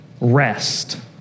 rest